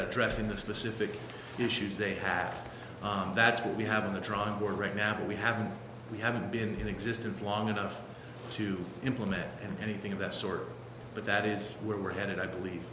addressing the specific issues a half that's what we have on the drawing board right now and we haven't we haven't been in existence long enough to implement anything of that sort but that is where we're headed i believe